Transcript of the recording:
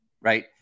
right